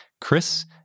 Chris